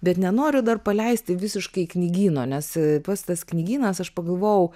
bet nenoriu dar paleisti visiškai knygyno nes pats tas knygynas aš pagalvojau